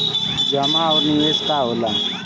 जमा और निवेश का होला?